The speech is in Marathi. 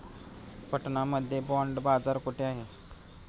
पटना मध्ये बॉंड बाजार कुठे आहे?